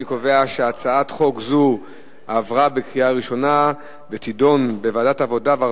אני קובע שהצעת חוק זו עברה בקריאה ראשונה ותידון בוועדת העבודה,